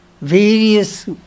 Various